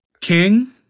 King